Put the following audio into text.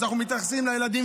אז אנחנו מתייחסים לילדים,